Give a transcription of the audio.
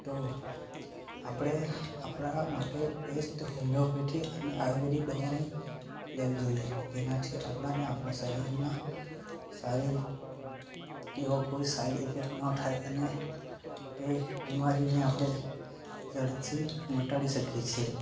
તો આપણે આપણાં માટે બેસ્ટ હોમિયોપેથી અને આયુર્વેદિક દવાનો લેવી જોઈએ એનાથી આપણા અને આપણાં શરીર માં સારી એવો કોઈ સાઈડ ઇફેક્ટ ન થાય અને તે બીમારીને આપણે જડથી મટાડી શકીએ છીએ